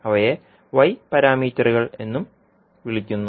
അവയെ Y പാരാമീറ്ററുകൾ എന്നും വിളിക്കുന്നു